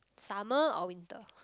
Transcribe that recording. summer or winter